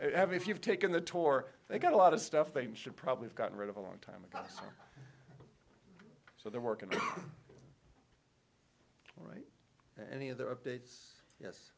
have if you've taken the tour they got a lot of stuff they should probably have gotten rid of a long time a cost so they're working and the other updates yes